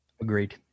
Agreed